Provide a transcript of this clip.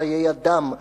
חיי אדם,